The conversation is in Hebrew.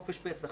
חופש פסח,